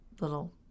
Little